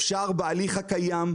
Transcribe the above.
אפשר לייעל את ההליך הקיים.